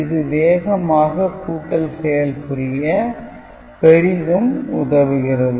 இது வேகமாக கூட்டல் செயல் புரிய பெரிதும் உதவுகிறது